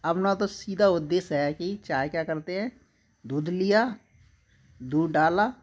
अपना तो सीधा उद्देश्य है कि चाय क्या करते हैं दूध लिया दूध डाला